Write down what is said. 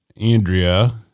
Andrea